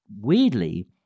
weirdly